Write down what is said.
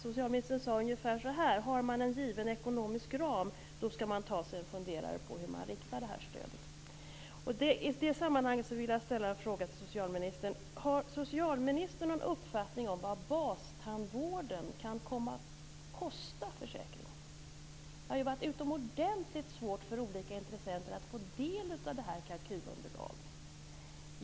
Socialministern sade ungefär så här: Har man en given ekonomisk ram skall man ta sig en funderare på hur man riktar det här stödet. I det sammanhanget vill jag fråga: Har socialministern någon uppfattning om vad bastandvården kan komma att kosta försäkringen? Det har varit utomordentligt svårt för olika intressenter att få del av kalkylunderlaget.